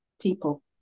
people